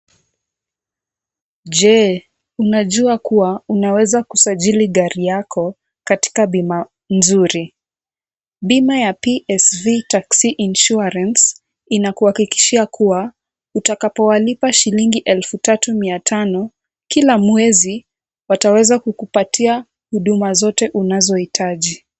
Je, unajua kuwa unaweza kusajili gari yako katika bima nzuri? Bima ya PSV Taxi Insurance inakuhakikishia kuwa utakapo walipa shillingi elfu tatu mia tano kila mwezi, wataweza kukupatia huduma zote unazohitaji.